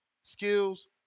Skills